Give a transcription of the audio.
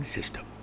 System